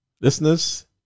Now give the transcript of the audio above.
Listeners